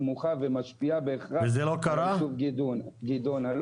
סמוכה ומשפיעה בהכרח על היישוב גדעונה.